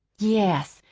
yes,